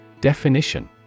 Definition